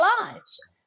lives